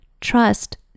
trust